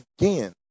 again